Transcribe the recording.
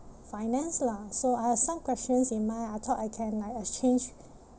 finance lah so I have some questions in mind I thought I can like exchange